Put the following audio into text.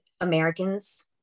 Americans